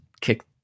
kick